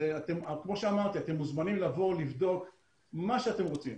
אתם מוזמנים לבוא, לבדוק מה שאתם רוצים.